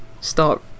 start